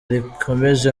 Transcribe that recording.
rigikomeje